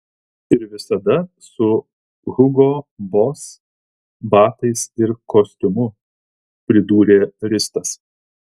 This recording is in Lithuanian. ir visada su hugo boss batais ir kostiumu pridūrė ristas